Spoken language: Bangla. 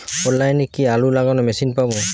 অনলাইনে কি আলু লাগানো মেশিন পাব?